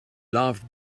laughed